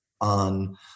on